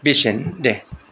बेसेनो दे